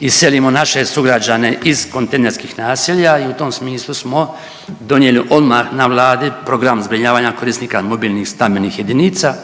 iselimo naše sugrađane iz kontejnerskih naselja i u tom smislu smo donijeli odmah na Vladi program zbrinjavanja korisnika mobilnih stambenih jedinica.